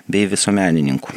bei visuomenininkų